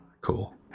Cool